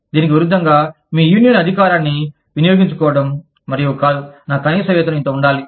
దీనికి విరుద్ధంగా మీ యూనియన్ అధికారాన్ని వినియోగించుకోవడం మరియు కాదు నా కనీస వేతనం ఇంత వుండాలి